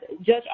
Judge